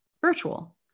virtual